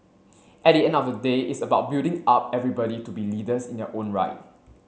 at the end of the day it's about building up everybody to be leaders in their own right